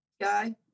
guy